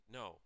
no